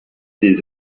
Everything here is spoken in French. des